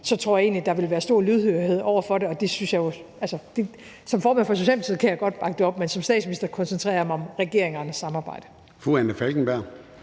at der vil være stor lydhørhed over for det. Som formand for Socialdemokratiet kan jeg godt bakke det op, men som statsminister koncentrerer jeg mig om regeringernes samarbejde.